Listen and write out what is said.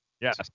Yes